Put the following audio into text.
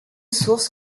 source